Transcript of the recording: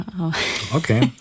okay